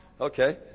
Okay